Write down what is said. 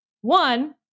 One